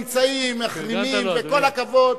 אתם, כל רגע שאתם לא נמצאים, מחרימים, וכל הכבוד.